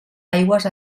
aigües